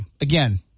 again